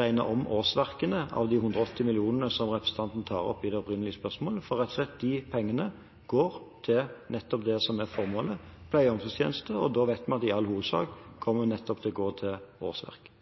regne om årsverkene av de 180 mill. kr, som representanten tar opp i det opprinnelige spørsmålet, for de pengene går rett og slett til det som er formålet: pleie- og omsorgstjenester. Da vet vi at i all hovedsak kommer dette til å gå til årsverk.